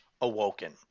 awoken